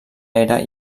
era